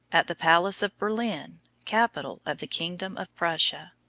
at the palace of berlin, capital of the kingdom of prussia.